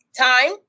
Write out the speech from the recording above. time